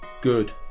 good